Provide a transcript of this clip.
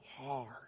hard